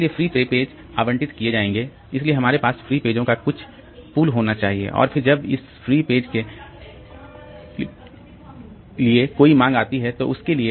इसलिए free page आवंटित किए जाएंगे इसलिए हमारे पास फ्री पेजों का कुछ पूल होना चाहिए और फिर जब भी इस फ्री पेज के लिए कोई मांग आती है तो उसके लिए